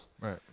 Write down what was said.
right